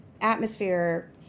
atmosphere